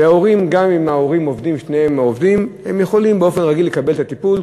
וגם אם ההורים שניהם עובדים הם יכולים באופן רגיל לקבל את הטיפול,